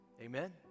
Amen